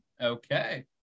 Okay